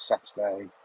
Saturday